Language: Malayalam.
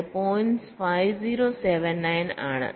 5079 ആണ്